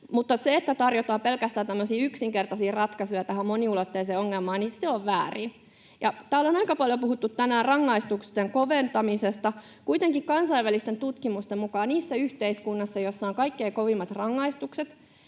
mutta se, että tarjotaan pelkästään yksinkertaisia ratkaisuja tähän moniulotteiseen ongelmaan, on väärin. Täällä on aika paljon puhuttu tänään rangaistusten koventamisesta. Kuitenkin kansainvälisten tutkimusten mukaan niissä yhteiskunnissa, joissa on kaikkein kovimmat rangaistukset,